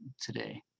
today